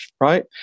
right